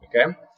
Okay